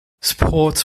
sports